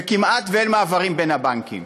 וכמעט שאין מעברים בין הבנקים.